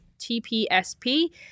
TPSP